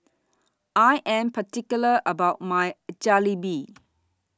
I Am particular about My Jalebi